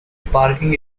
parking